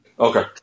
Okay